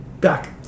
back